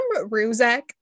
Ruzek